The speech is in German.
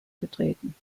getreten